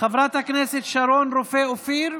חברת הכנסת שרון רופא אופיר,